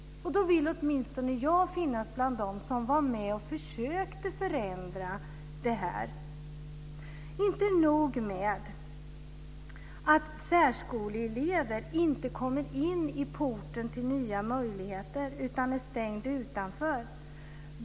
Då vill åtminstone jag finnas bland dem som försökte förändra det här. Inte nog med att särskoleelever inte kommer in i porten till nya möjligheter utan är stängda utanför.